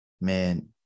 Man